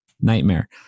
nightmare